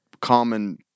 common